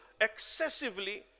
excessively